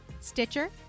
Stitcher